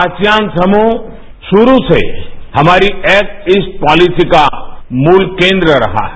ASEAN समूह शुरू से हमारी एक्ट ईस्ट पॉलिसी का मूल केन्द्र रहा है